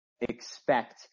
expect